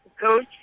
coach